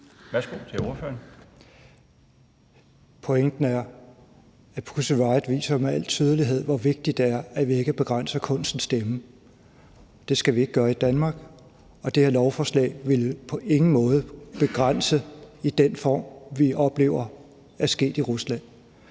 Jon Stephensen (UFG): Pointen er, at Pussy Riot jo med al tydelighed viser, hvor vigtigt det er, at vi ikke begrænser kunstens stemme, og det skal vi ikke gøre i Danmark, og det her lovforslag vil på ingen måde begrænse det i den form, vi oplever at det er sket i Rusland.